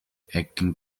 acting